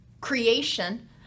creation